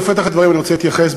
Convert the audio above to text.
בפתח הדברים אני רוצה להתייחס,